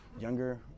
younger